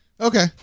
Okay